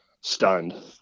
stunned